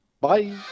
Bye